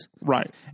Right